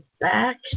back